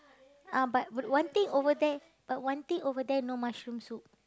ah but one thing over there but one thing over there no mushroom soup